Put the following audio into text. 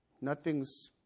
nothing's